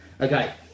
okay